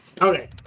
Okay